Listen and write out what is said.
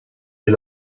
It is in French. est